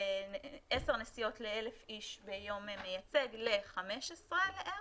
נסיעות ל-1,000 איש ביום מייצג ל-20 לערך,